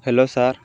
hello sir